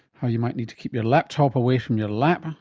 how you might need to keep your laptop away from your lap,